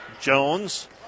Jones